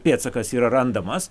pėdsakas yra randamas